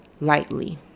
lightly